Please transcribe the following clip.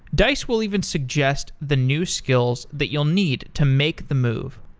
dice will even suggest the new skills that you'll need to make the move.